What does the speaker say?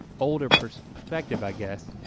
older perspective, i guess.